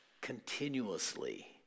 continuously